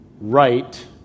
right